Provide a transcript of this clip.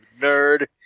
nerd